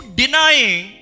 denying